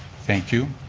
thank you.